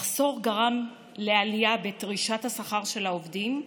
המחסור גרם לעלייה בדרישת השכר של העובדים,